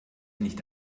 nicht